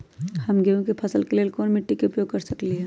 हम गेंहू के फसल के लेल कोन मिट्टी के उपयोग कर सकली ह?